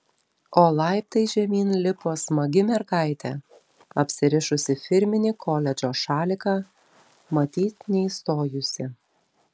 o laiptais žemyn lipo smagi mergaitė apsirišusi firminį koledžo šaliką matyt neįstojusi